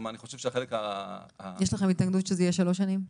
יש לכם התנגדות שזה יהיה שלוש שנים?